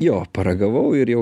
jo paragavau ir jau